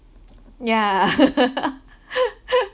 yeah